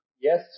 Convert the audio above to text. Yes